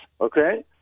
okay